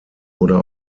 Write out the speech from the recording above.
oder